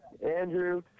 Andrew